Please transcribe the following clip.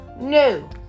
No